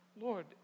Lord